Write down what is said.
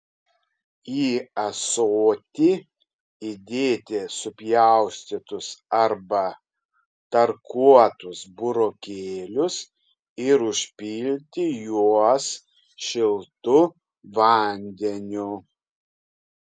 į ąsotį įdėti supjaustytus arba tarkuotus burokėlius ir užpilti juos šiltu vandeniu